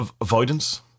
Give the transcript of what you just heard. Avoidance